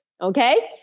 okay